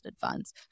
funds